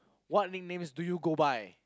what nicknames do you go by